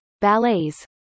ballets